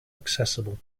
accessible